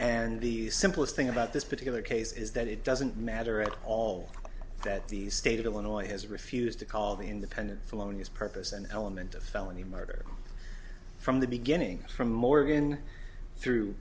and the simplest thing about this particular case is that it doesn't matter at all that the state of illinois has refused to call the independent felonious purpose an element of felony murder from the beginning from morgan through